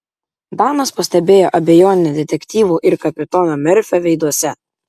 danas pastebėjo abejonę detektyvų ir kapitono merfio veiduose